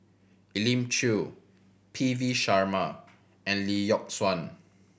Elim Chew P V Sharma and Lee Yock Suan